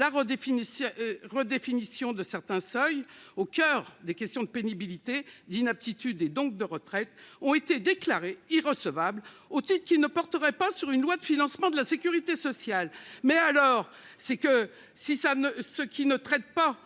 redéfinition de certains seuils. Au coeur des questions de pénibilité d'inaptitude et donc de retraite ont été déclarées irrecevables au qui ne porterait pas sur une loi de financement de la Sécurité sociale. Mais alors c'est que si ça ne se qui ne traite pas